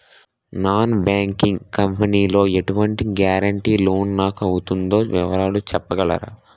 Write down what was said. Non banking company లో ఎటువంటి guarantee loan నాకు అవుతుందో వివరాలు చెప్పగలరా?